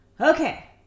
Okay